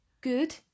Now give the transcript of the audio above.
good